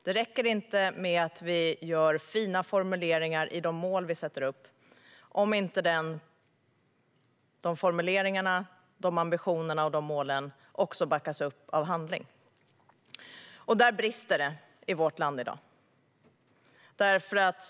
Det räcker inte med fina formuleringar i de mål vi sätter upp om inte formuleringarna, ambitionerna och målen backas upp av handling. Och där brister det i vårt land i dag.